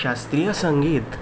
शास्त्रीय संगीत